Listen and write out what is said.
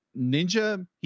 ninja